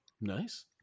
Nice